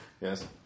Yes